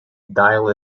dial